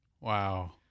Wow